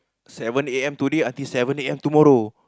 seven A_M today until seven A_M tomorrow